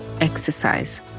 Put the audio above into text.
Exercise